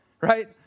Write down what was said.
right